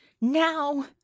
Now